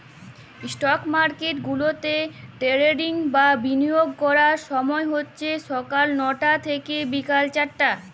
stock market গুলাতে trading বা বিলিয়গের ক্যরার ছময় হছে ছকাল লটা থ্যাইকে বিকাল চারটা